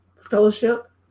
fellowship